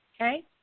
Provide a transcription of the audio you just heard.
Okay